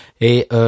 Et